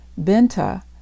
Benta